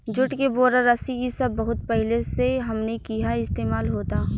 जुट के बोरा, रस्सी इ सब बहुत पहिले से हमनी किहा इस्तेमाल होता